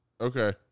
okay